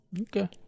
Okay